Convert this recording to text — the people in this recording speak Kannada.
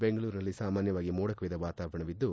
ಬೆಂಗಳೂರಿನಲ್ಲಿ ಸಾಮಾನ್ಯವಾಗಿ ಮೋಡದ ವಾತಾವರಣವಿದ್ದು